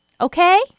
Okay